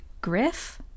Griff